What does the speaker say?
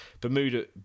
Bermuda